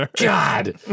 God